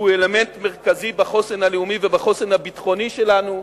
שהוא אלמנט מרכזי בחוסן הלאומי ובחוסן הביטחוני שלנו,